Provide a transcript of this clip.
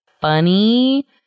funny